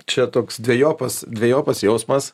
čia toks dvejopas dvejopas jausmas